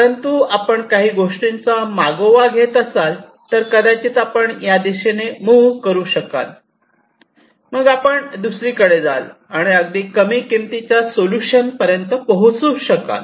परंतु जर आपण काही गोष्टींचा मागोवा घेत असाल तर कदाचित आपण या दिशेने मूव्ह करू शकाल तर मग आपण दुसरीकडे जाल आणि अगदी कमी किमतीच्या सोल्युशन पर्यंत पोहोचू शकता